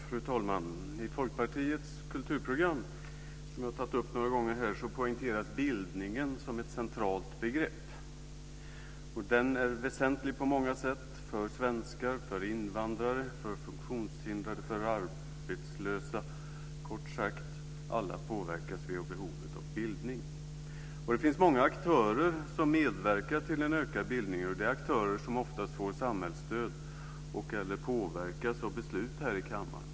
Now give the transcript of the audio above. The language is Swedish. Fru talman! I Folkpartiets kulturprogram, som jag har tagit upp några gånger här, poängteras bildningen som ett centralt begrepp. Den är väsentlig på många sätt, för svenskar, för invandrare, för funktionshindrade, för arbetslösa. Kort sagt: Alla påverkas vi av behovet av bildning. Det finns många aktörer som medverkar till en ökad bildning. Det är aktörer som oftast får ett samhällsstöd och/eller påverkas av beslut här i kammaren.